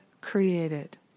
created